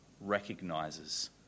recognizes